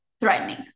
threatening